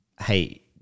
Hey